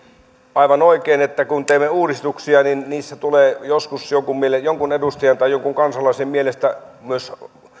aivan oikein kun teemme uudistuksia niin niissä tulee joskus jonkun edustajan tai jonkun kansalaisen mielestä myös